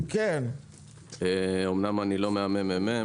אומנם אני לא מהממ"מ,